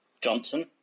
Johnson